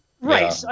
right